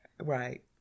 Right